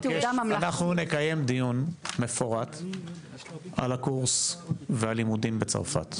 אנחנו נקיים דיון מפורט על הקורס והלימודים בצרפת.